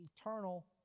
eternal